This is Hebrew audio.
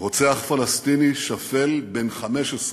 רוצח פלסטיני שפל, בן 15,